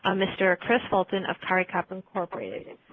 ah mr. chris fulton of caricap inc.